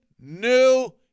new